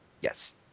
Yes